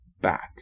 back